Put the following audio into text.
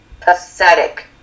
pathetic